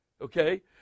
Okay